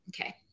Okay